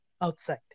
outside